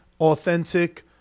authentic